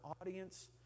audience